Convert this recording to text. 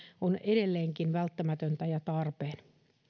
on edelleenkin välttämätöntä ja tarpeen